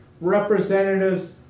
Representatives